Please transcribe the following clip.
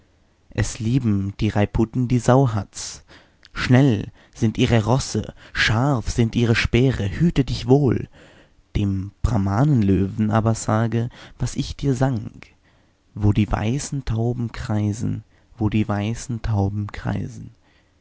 es lieben die rajputen die sauhatz schnell sind ihre rosse scharf sind ihre speere hüte dich wohl dem brahmanenlöwen aber sage was ich dir sang wo die weißen tauben kreisen wo die weißen tauben kreisen